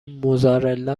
موزارلا